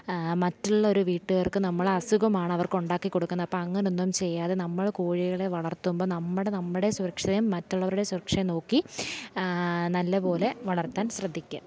മറ്റുള്ള ഒരു വീട്ടുകാർക്ക് നമ്മളുടെ അസുഖമാണ് അവർക്ക് ഉണ്ടാക്കി കൊടുക്കുന്നത് അപ്പോൾ അങ്ങനെയൊന്നും ചെയ്യാതെ നമ്മൾ കോഴികളെ വളർത്തുമ്പോൾ നമ്മുടെ നമ്മുടെ സുരക്ഷയും മറ്റുള്ളവരുടെ സുരക്ഷയും നോക്കി നല്ലത് പോലെ വളർത്താൻ ശ്രദ്ധിക്കുക